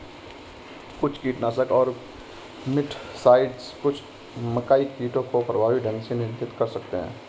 कुछ कीटनाशक और मिटसाइड्स कुछ मकई कीटों को प्रभावी ढंग से नियंत्रित कर सकते हैं